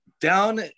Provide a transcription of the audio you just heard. down